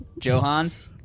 Johans